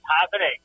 Happening